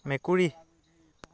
মেকুৰী